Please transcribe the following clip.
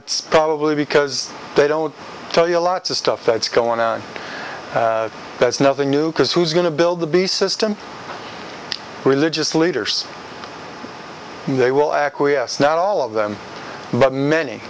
yet probably because they don't tell you lots of stuff that's going on that's nothing new because who is going to build the beast system religious leaders they will acquiesce not all of them but many